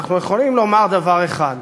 אנחנו יכולים לומר דבר אחד,